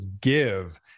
give